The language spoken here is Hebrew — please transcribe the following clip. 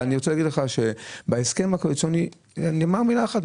אני רוצה להגיד לך שבהסכם הקואליציוני נאמרה מילה אחת,